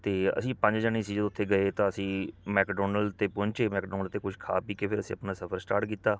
ਅਤੇ ਅਸੀਂ ਪੰਜ ਜਣੇ ਸੀ ਜਦੋਂ ਉੱਥੇ ਗਏ ਤਾਂ ਅਸੀਂ ਮੈਕਡੋਨਲ 'ਤੇ ਪਹੁੰਚੇ ਮੈਕਡੋਨਲ 'ਤੇ ਕੁਝ ਖਾ ਪੀ ਕੇ ਫਿਰ ਅਸੀਂ ਆਪਣਾ ਸਫ਼ਰ ਸਟਾਰਟ ਕੀਤਾ